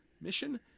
mission